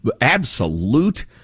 absolute